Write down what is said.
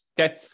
Okay